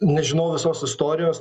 nežinau visos istorijos